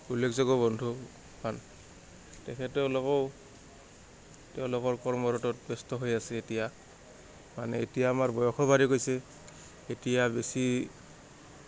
উল্লেখযোগ্য বন্ধু তেখেতেলোকও তেওঁলোকৰ কৰ্মৰতত ব্যস্ত হৈ আছে এতিয়া মানে এতিয়া আমাৰ বয়সো বাঢ়ি গৈছে এতিয়া বেছি